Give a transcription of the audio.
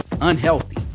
unhealthy